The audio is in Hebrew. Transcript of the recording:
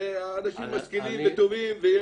אנשים משכילים וטובים.